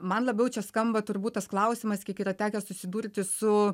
man labiau čia skamba turbūt tas klausimas kiek yra tekę susidurti su